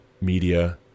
media